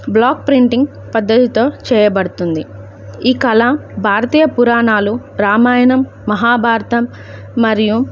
black printing పద్ధతితో చేయబడుతుంది ఈ కళ భారతీయ పురాణాలు రామాయణం మహాభారతం మరియు